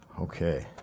okay